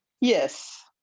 Yes